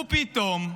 ופתאום,